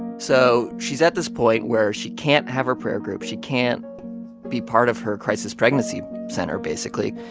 so she's at this point where she can't have her prayer group, she can't be part of her crisis pregnancy center, basically.